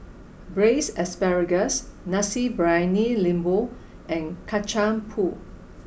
braised asparagus Nasi Briyani Lembu and Kacang pool